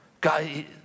God